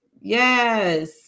Yes